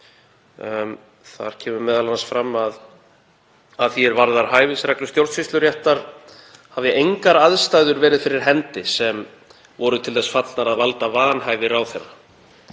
þar kemur m.a. fram að að því er varðar hæfisreglur stjórnsýsluréttar hafi engar aðstæður verið fyrir hendi sem voru til þess fallnar að valda vanhæfi ráðherra